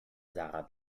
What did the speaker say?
sarah